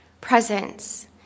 Presence